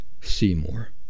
Seymour